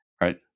Right